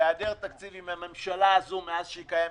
בהיעדר תקציב עם הממשלה הזאת מאז שקיימת,